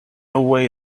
way